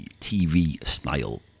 TV-style